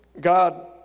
God